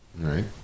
Right